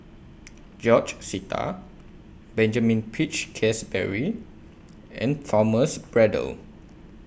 George Sita Benjamin Peach Keasberry and Thomas Braddell